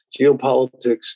geopolitics